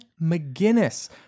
mcginnis